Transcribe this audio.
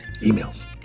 emails